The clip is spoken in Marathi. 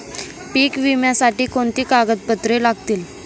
पीक विम्यासाठी कोणती कागदपत्रे लागतील?